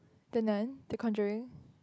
the Nun the Conjuring